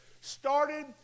started